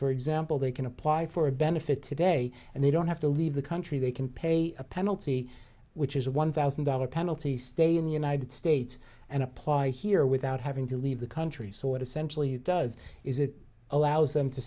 for example they can apply for a benefit today and they don't have to leave the country they can pay a penalty which is one thousand dollars penalty stay in the united states and apply here without having to leave the country so what essential you does is it allows them to